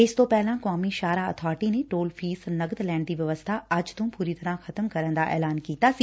ਇਸ ਤੋਂ ਪਹਿਲਾਂ ਕੌਮੀ ਸ਼ਾਹਰਾਹ ਅਬਾਰਟੀ ਨੇ ਟੋਲ ਫੀਸ ਨਕਦ ਲੈਣ ਦੀ ਵਿਵਸਬਾ ਅੱਜ ਤੋਂ ਪੂਰੀ ਤਰੂਾ ਖਤਮ ਕਰਨ ਦਾ ਐਲਾਨ ਕੀਤਾ ਸੀ